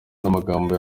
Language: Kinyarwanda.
n’amagambo